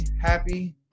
happy